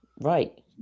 right